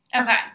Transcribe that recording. Okay